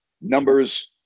numbers